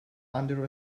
under